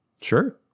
sure